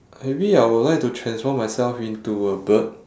maybe I would like to transform myself into a bird